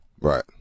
Right